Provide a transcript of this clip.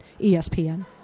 ESPN